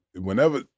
Whenever